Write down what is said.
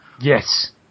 yes